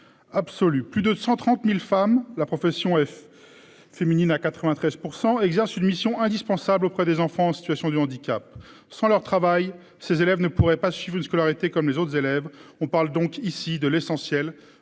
Absolu. Plus de 130.000 femmes, la profession est. Féminine à 93% exercent une mission indispensable auprès des enfants en situation de handicap sans leur travail, ces élèves ne pourraient pas suivre une scolarité comme les autres élèves. On parle donc ici de l'essentiel